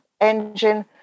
engine